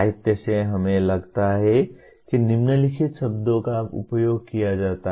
साहित्य से हमें लगता है कि निम्नलिखित शब्दों का उपयोग किया जाता है